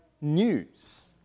news